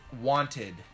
wanted